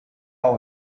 all